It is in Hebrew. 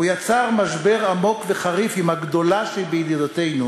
הוא יצר משבר עמוק וחריף עם הגדולה שבידידותינו,